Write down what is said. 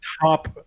Top